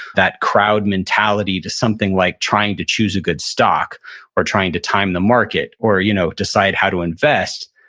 that crowd mentality to something like trying to choose a good stock or trying to time the market or you know decide how to invest,